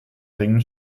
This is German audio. ringen